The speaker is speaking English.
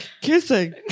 kissing